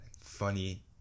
funny